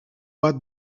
bat